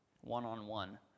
one-on-one